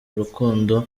urukundo